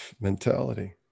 mentality